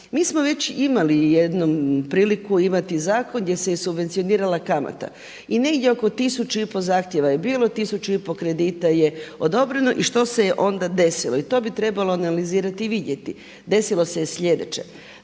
Mi smo već imali jednom priliku imati zakon gdje se je subvencionirala kamata. I negdje oko 1500 zahtjeva je bilo, 1500 kredita je odobreno i što se je onda desilo? I to bi trebalo analizirati i vidjeti. Desilo se je sljedeće,